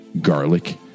garlic